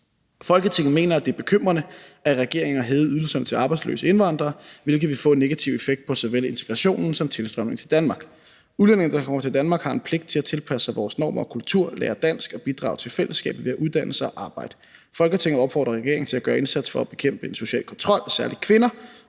Folketinget mener, at det er bekymrende, at regeringen har hævet ydelserne til arbejdsløse indvandrere, hvilket vil få en negativ effekt på såvel integrationen som tilstrømningen til Danmark. Udlændinge, der kommer til Danmark, har en pligt til at tilpasse sig vores normer og kultur, lære dansk og bidrage til fællesskabet ved at uddanne sig og arbejde. Folketinget opfordrer regeringen til at gøre en indsats for at bekæmpe social kontrol af særligt kvinder,